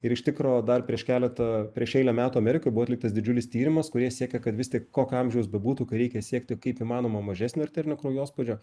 ir iš tikro dar prieš keletą prieš eilę metų amerikoj buvo atliktas didžiulis tyrimas kur jie siekė kad vis tik kokio amžiaus bebūtų kai reikia siekti kaip įmanoma mažesnio arterinio kraujospūdžio